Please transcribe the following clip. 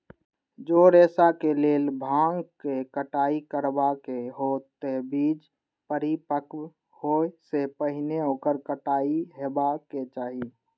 जौं रेशाक लेल भांगक कटाइ करबाक हो, ते बीज परिपक्व होइ सं पहिने ओकर कटाइ हेबाक चाही